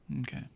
Okay